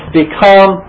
become